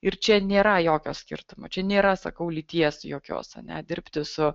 ir čia nėra jokio skirtumo čia nėra sakau lyties jokios a ne dirbti su